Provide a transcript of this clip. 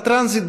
בטרנזיט.